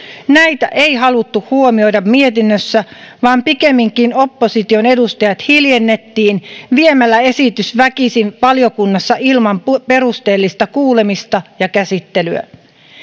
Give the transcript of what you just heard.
näitä ei haluttu huomioida mietinnössä vaan pikemminkin opposition edustajat hiljennettiin viemällä esitys väkisin valiokunnassa ilman perusteellista kuulemista ja käsittelyä